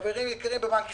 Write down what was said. חברים יקרים בבנק ישראל,